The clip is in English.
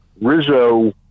Rizzo